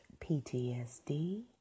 PTSD